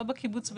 לא בקיבוץ,